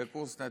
בקורס נתיב.